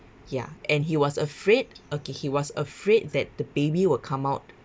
ya and he was afraid okay he was afraid that the baby will come out